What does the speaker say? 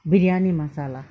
biryani masala